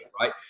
right